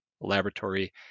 laboratory